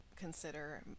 consider